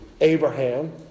Abraham